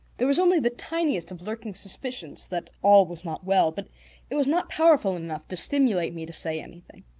there was only the tiniest of lurking suspicions that all was not well, but it was not powerful enough to stimulate me to say anything.